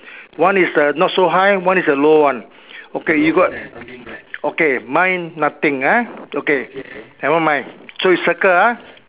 one is the not so high one is the low one okay you got okay mine nothing ah okay never mind so you circle ah